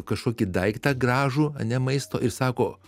kažkokį daiktą gražų ane maisto ir sako